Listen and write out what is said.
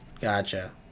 Gotcha